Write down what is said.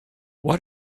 what